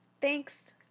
Thanks